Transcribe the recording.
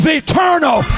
eternal